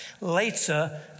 later